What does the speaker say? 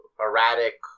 erratic